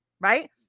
right